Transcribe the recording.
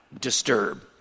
disturb